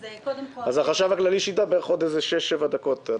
אז החשב הכללי ידבר בעוד כשש דקות.